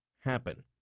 happen